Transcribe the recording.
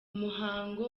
muhango